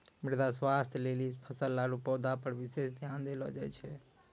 मृदा स्वास्थ्य लेली फसल आरु पौधा पर विशेष ध्यान देलो जाय छै